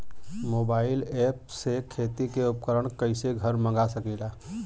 Mobile ऐपसे खेती के उपकरण कइसे घर मगा सकीला?